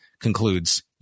concludes